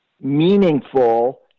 meaningful